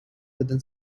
within